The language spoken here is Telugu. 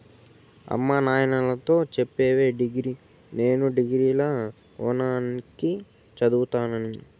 అమ్మ నాయనతో చెప్పవే నేను డిగ్రీల ఓనాల కి చదువుతానని